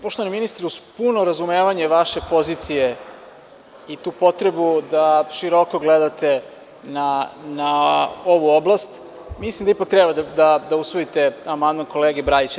Poštovani ministre, uz puno razumevanje vaše pozicije i tu potrebu da široko gledate na ovu oblast, mislim da ipak treba da usvojite amandman kolege Bradića.